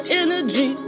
energy